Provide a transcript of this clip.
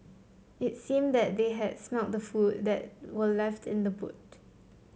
it seemed that they had smelt the food that were left in the boot